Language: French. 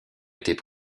étaient